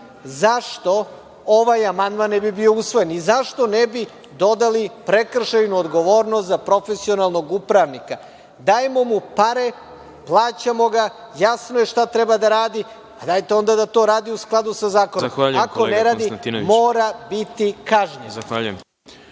zašto ovaj amandman ne bi bio usvojen i zašto ne bi dodali prekršajnu odgovornost za profesionalnog upravnika. Dajemo mu pare, plaćamo ga, jasno je šta treba da radi, pa dajte da to radi u skladu sa zakonom. Ako ne radi, mora biti kažnjen.